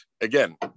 Again